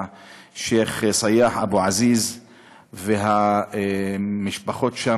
השיח' סיאח אבו עזיז והמשפחות שם